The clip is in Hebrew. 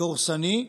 דורסני,